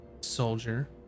soldier